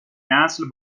نسل